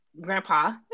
grandpa